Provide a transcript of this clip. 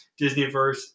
Disneyverse